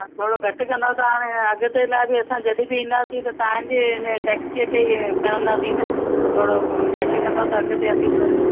थोरो घटि कंदा त हाणे अॻिते लाइ बि असां जॾहिं बि ईंदासी त तव्हांखे इन टैक्सीअ खे खणदासीं न त थोरो घटि कंदो त अॻिते हली करे